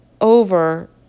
over